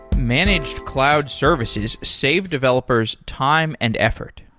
managed cloud services save developers time and effort.